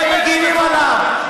ואתם מגינים עליו.